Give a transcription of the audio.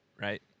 right